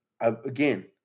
again